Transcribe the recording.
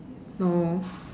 no